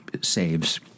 saves